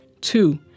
Two